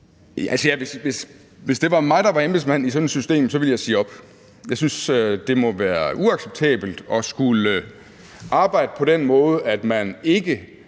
Hvis det var mig, der var embedsmand i sådan et system, ville jeg sige op. Jeg synes, det må være uacceptabelt at skulle arbejde på den måde, at man ikke